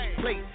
plate